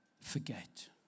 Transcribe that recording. Forget